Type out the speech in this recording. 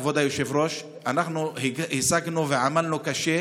כבוד היושב-ראש, לאחר שעמלנו קשה,